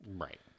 Right